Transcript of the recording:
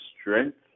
strength